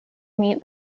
meet